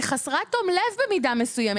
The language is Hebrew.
היא חסרת תום לב במידה מסוימת.